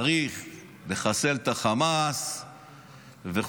צריך לחסל את החמאס וכו',